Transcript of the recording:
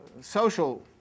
social